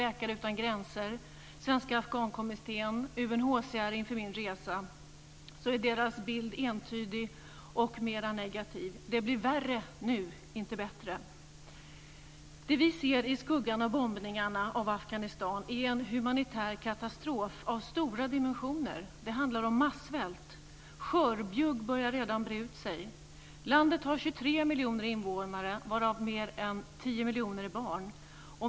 Läkare utan gränser, Svenska Afghanistankommittén och UNHCR inför min resa är deras bild entydig och mer negativ: Det blir värre nu, inte bättre. Det vi ser i skuggan av bombningarna av Afghanistan är en humanitär katastrof av stora dimensioner. Det handlar om massvält. Skörbjugg börjar redan breda ut sig. Landet har 23 miljoner invånare varav mer än 10 miljoner är barn.